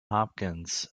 hopkins